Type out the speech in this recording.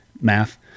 math